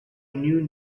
new